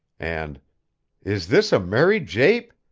and is this a merry jape?